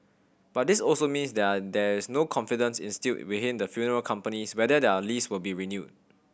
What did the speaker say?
but this also means they're there is no confidence instilled within the funeral companies whether their lease will be renewed